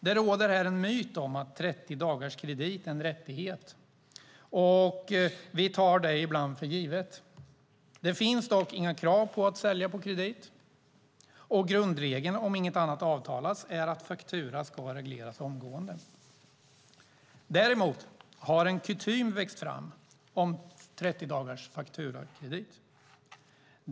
Det råder en myt om att 30 dagars kredit är en rättighet, och vi tar det ibland för givet. Det finns dock inga krav på att sälja på kredit, och grundregeln, om inget annat avtalats, är att faktura ska regleras omgående. Däremot har en kutym vuxit fram om 30 dagars fakturakredit.